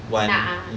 nak ah